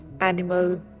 animal